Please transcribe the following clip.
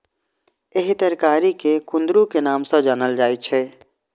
एहि तरकारी कें कुंदरू के नाम सं जानल जाइ छै